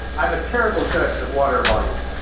i'm a terrible judge of water volume